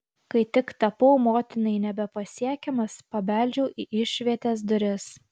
kai tik tapau motinai nebepasiekiamas pabeldžiau į išvietės duris